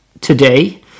today